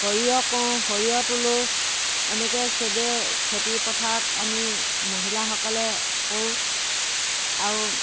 সৰিয়হ কৰোঁ সৰিয়হ তোলো এনেকে চবে খেতি পথাৰত আমি মহিলাসকলে কৰোঁ আৰু